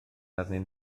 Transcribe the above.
arnyn